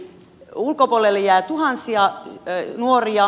ulkopuolelle jää tuhansia nuoria